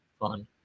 Fun